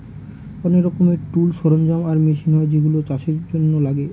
অনেক রকমের টুলস, সরঞ্জাম আর মেশিন হয় যেগুলা চাষের জন্য লাগে